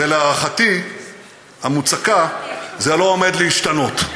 ולהערכתי, המוצקה, זה לא עומד להשתנות.